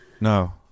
No